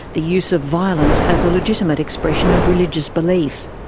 the use of violence as a legitimate expression of religious belief.